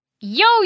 Yo